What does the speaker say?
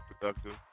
productive